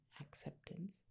acceptance